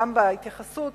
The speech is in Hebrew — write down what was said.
גם בהתייחסות,